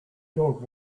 dog